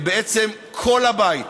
בעצם כל הבית,